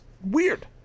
weird